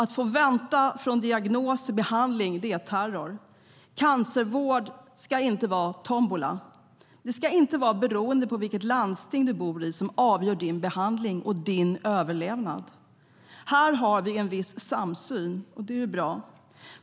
Att få vänta från diagnos till behandling är terror. Cancervård ska inte vara en tombola. Vilket landsting man bor i ska inte avgöra vilken behandling man får och ens överlevnad. Här har vi en viss samsyn, och det är bra.